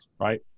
right